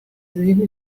seen